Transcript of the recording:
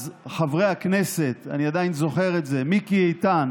אז חברי הכנסת, אני עדיין זוכר את זה, מיקי איתן